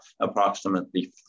approximately